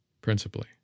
principally